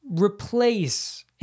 replace